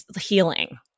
healing